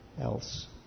else